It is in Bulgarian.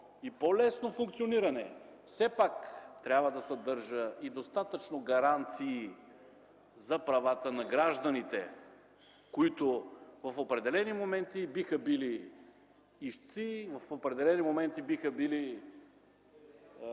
и по-лесно функциониране, все пак трябва да съдържа и достатъчно гаранции за правата на гражданите, които в определени моменти биха били ищци, в определени моменти биха били